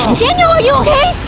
daniel, are you okay?